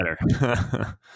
better